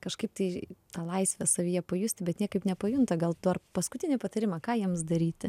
kažkaip tai tą laisvę savyje pajusti bet niekaip nepajunta gal dar paskutinį patarimą ką jiems daryti